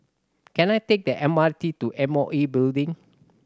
can I take the M R T to M O E Building